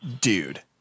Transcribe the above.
dude